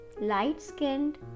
light-skinned